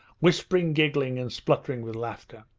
whispering, giggling, and spluttering with laughter.